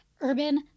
Urban